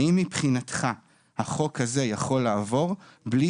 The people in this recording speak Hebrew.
האם מבחינתך החוק הזה יכול לעבור בלי